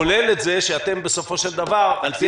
כולל את זה שאתם בסופו של דבר על פי